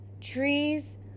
trees